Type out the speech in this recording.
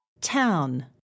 Town